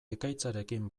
ekaitzarekin